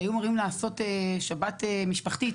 שהיו אמורים לעשות שבת משפחתית,